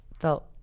felt